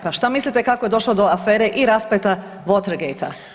Pa šta mislite kako je došlo do afere i raspleta Watergate?